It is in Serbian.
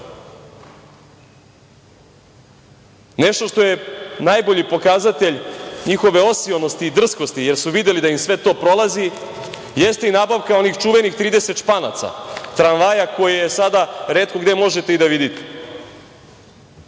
što je najbolji pokazatelj njihove osionosti i drskosti jer su videli da im sve to prolazi jeste i nabavka onih čuvenih 30 „Španaca“, tramvaja koje sada retko gde možete i da vidite.